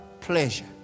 pleasure